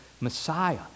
Messiah